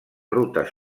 rutes